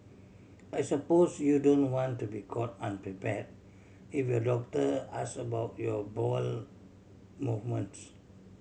I suppose you don't want to be caught unprepared if your doctor ask about your bowel movements